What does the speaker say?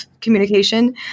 communication